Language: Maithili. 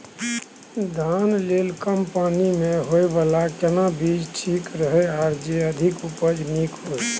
धान लेल कम पानी मे होयबला केना बीज ठीक रहत आर जे अधिक उपज नीक होय?